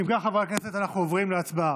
אם כך, חברי הכנסת, אנחנו עוברים להצבעה.